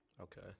Okay